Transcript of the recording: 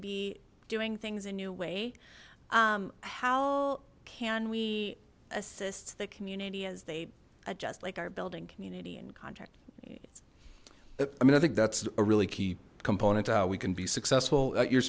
be doing things a new way how can we assist the community as they adjust like our building community and contract i mean i think that's a really key component how we can be successful you're